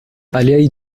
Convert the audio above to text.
aliaj